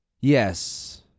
Yes